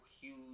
huge